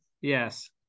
yes